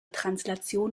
translation